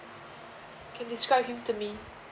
can describe him to me